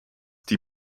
die